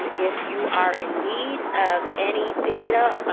if you are in need of any data